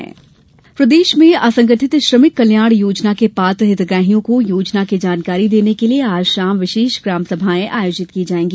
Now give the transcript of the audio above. ग्राम समाएं प्रदेश में असंगठित श्रमिक कल्याण योजना के पात्र हितग्राहियों को योजना की जानकारी देने के लिये आज शाम विशेष ग्राम सभाएं आयोजित की जाएगी